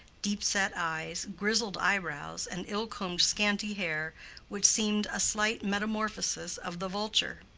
deep-set eyes, grizzled eyebrows, and ill-combed scanty hair which seemed a slight metamorphosis of the vulture.